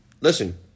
listen